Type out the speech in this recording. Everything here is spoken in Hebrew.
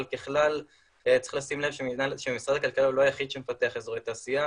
אבל ככלל צריך לשים לב שמשרד הכלכלה הוא לא היחיד שמפתח אזורי תעשייה,